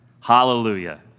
Hallelujah